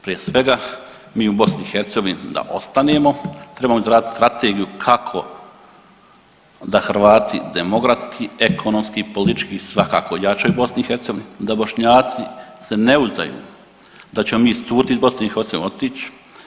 Prije svega mi u BiH da ostanemo trebamo izraditi strategiju kako da Hrvati demografski, ekonomski, politički svakako jačaju u BiH, da Bošnjaci se ne uzdaju da ćemo mi iscurit iz BIH, otić.